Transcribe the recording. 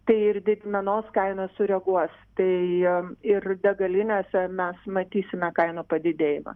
tai ir didmenos kainos sureaguos tai ir degalinėse mes matysime kainų padidėjimą